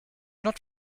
not